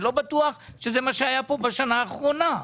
אני לא בטוח שזה מה שהיה פה בשנה האחרונה.